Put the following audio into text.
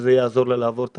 שזה יעזור לה לעבור את